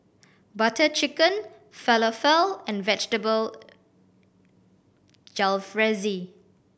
Butter Chicken Falafel and Vegetable Jalfrezi